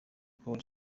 paul